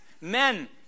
Men